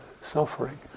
suffering